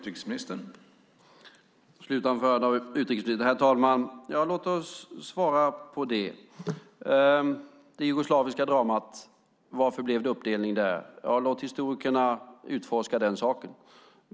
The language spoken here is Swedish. Herr talman! Låt mig svara på det. Det jugoslaviska dramat - varför blev det uppdelning där? Ja, låt historikerna utforska den saken.